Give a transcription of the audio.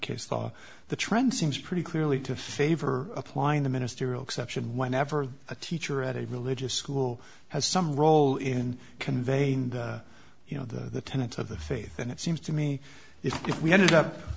case law the trend seems pretty clearly to favor applying the ministerial exception whenever a teacher at a religious school has some role in conveying the you know the tenets of the faith and it seems to me if we end up